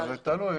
זה תלוי.